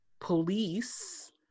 police